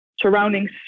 surroundings